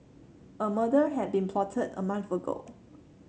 a murder had been plotted a month ago